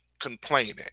complaining